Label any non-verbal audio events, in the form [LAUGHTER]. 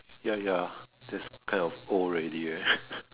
ya ya that's kind of old already leh [LAUGHS]